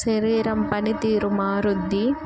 శరీరం పనితీరు మారుద్ది